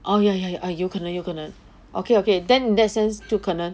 oh ya ya ya ah 有可能有可能 ok ok then in that sense 就可能